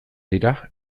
dira